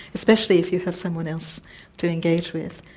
especially if you have someone else to engage with,